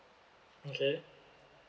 okay